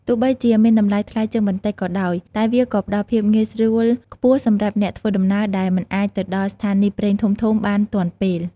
ទោះបីជាមានតម្លៃថ្លៃជាងបន្តិចក៏ដោយ តែវាក៏ផ្តល់ភាពងាយស្រួលខ្ពស់សម្រាប់អ្នកធ្វើដំណើរដែលមិនអាចទៅដល់ស្ថានីយ៍ប្រេងធំៗបានទាន់ពេល។